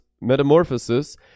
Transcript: metamorphosis